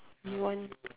you want